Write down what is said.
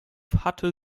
hatte